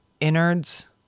innards